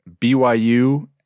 byu